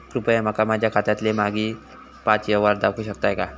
कृपया माका माझ्या खात्यातलो मागील पाच यव्हहार दाखवु शकतय काय?